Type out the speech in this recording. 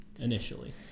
initially